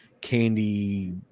candy